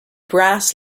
brass